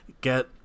get